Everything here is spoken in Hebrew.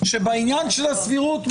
שבעניין הסבירות,